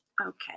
Okay